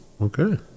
Okay